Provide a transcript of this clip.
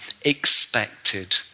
expected